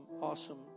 awesome